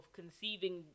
conceiving